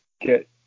get